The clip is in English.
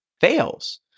fails